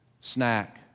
Snack